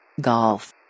Golf